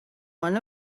one